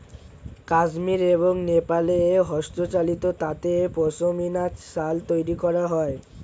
কাশ্মীর এবং নেপালে হস্তচালিত তাঁতে পশমিনা শাল তৈরি করা হয়